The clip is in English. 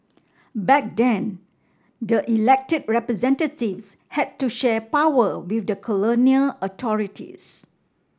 back then the elected representatives had to share power with the colonial authorities